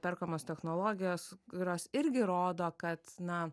perkamos technologijos kurios irgi rodo kad na